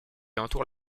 entoure